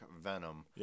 venom